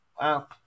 Wow